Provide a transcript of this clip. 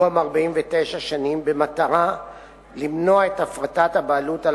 במקום 49 שנים במטרה "למנוע את הפרטת הבעלות על